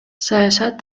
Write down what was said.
саясат